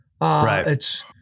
Right